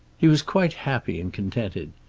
he was quite happy and contented.